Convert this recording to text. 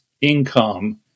income